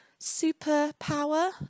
superpower